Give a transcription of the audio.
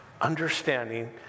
understanding